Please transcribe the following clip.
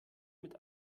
mit